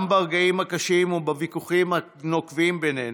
גם ברגעים הקשים ובוויכוחים הנוקבים בינינו,